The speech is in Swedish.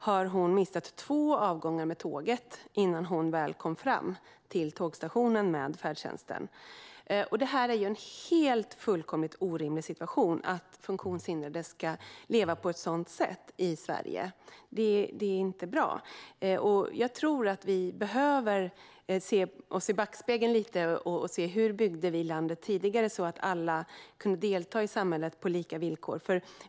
Hon har missat två avgångar med tåget på grund av att hon inte kom fram i tid med färdtjänsten till tågstationen. Det är en helt orimlig situation att funktionshindrade ska leva på ett sådant sätt i Sverige. Det är inte bra. Jag tror att vi behöver titta lite grann i backspegeln för att se hur vi tidigare byggde landet så att alla kunde delta i samhället på lika villkor.